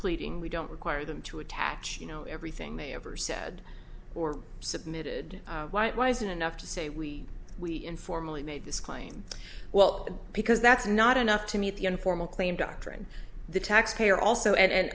pleading we don't require them to attach you know everything they ever said or submitted why it wasn't enough to say we we informally made this claim well because that's not enough to meet the informal claim doctrine the taxpayer also and